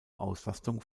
auslastung